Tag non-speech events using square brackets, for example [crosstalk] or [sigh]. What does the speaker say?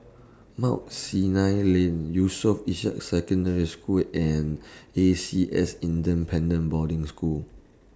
[noise] Mount Sinai Lane Yusof Ishak Secondary School and A C S Independent Boarding School